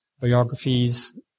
biographies